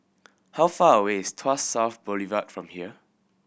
how far away is Tuas South Boulevard from here